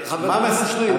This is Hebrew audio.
חבר הכנסת קושניר,